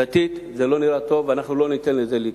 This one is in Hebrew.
דתית, זה לא נראה טוב, ואנחנו לא ניתן לזה לקרות.